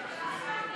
(179)